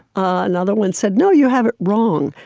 another one said, no, you have it wrong.